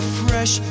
fresh